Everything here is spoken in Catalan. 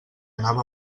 anava